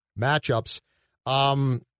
matchups